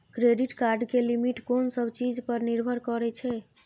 Credit card के limit कोन सब चीज पर निर्भर करै छै?